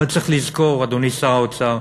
אבל צריך לזכור, אדוני שר האוצר,